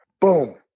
Boom